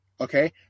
Okay